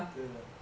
对 lor